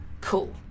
cool